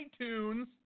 iTunes